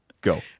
Go